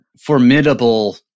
formidable